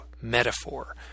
metaphor